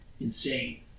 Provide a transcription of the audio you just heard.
insane